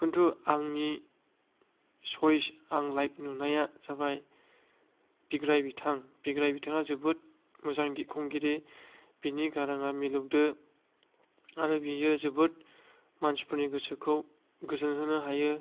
खिन्थु आंनि सय्स आं लाइभ नुनाया जाबाय बिग्राइ बिथां बिग्राइ बिथाङा जोबोद मोजां गित खनगिरि बिनि गाराङा मिलौदो आरो बियो जोबोद मानसिफोरनि गोसोखौ गोजोन होनो हायो